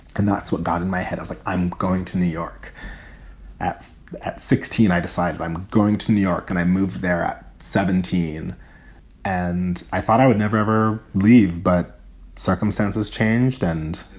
and that's what got in my head. i was like, i'm going to new york at at sixteen. i decided i'm going to new york. and i moved there at seventeen and i thought i would never, ever leave. but circumstances changed. and